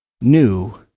new